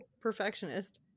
perfectionist